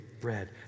bread